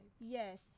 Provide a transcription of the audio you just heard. Yes